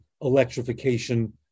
electrification